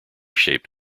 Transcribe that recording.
shaped